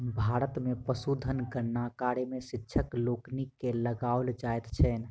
भारत मे पशुधन गणना कार्य मे शिक्षक लोकनि के लगाओल जाइत छैन